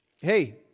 hey